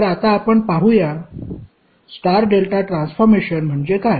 तर आता आपण पाहूया स्टार डेल्टा ट्रान्सफॉर्मेशन म्हणजे काय